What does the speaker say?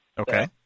Okay